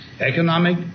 economic